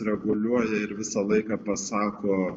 reguliuoja ir visą laiką pasako